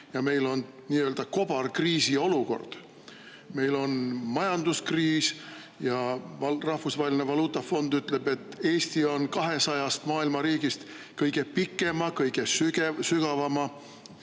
– meil on nii-öelda kobarkriisiolukord, meil on majanduskriis ja Rahvusvaheline Valuutafond ütleb, et Eestil on maailma 200 riigi seas kõige pikem, kõige sügavam